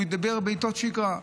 הוא דיבר על עיתות שגרה.